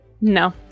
No